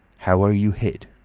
how are you hid?